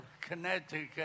Connecticut